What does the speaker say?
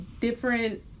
different